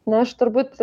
na aš turbūt